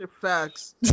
Facts